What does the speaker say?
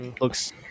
looks